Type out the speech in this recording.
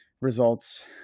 results